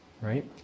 right